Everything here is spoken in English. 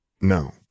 No